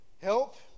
Help